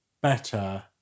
better